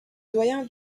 doyen